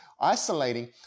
isolating